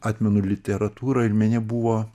atmenu literatūra ir mene buvo